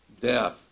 death